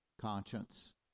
conscience